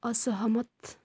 असहमत